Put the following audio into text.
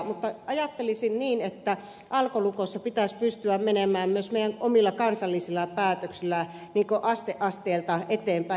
mutta ajattelisin niin että alkolukossa pitäisi pystyä menemään myös meidän omilla kansallisilla päätöksillä aste asteelta eteenpäin